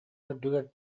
үрдүгэр